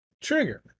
trigger